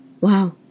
wow